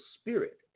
spirit